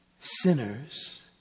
sinners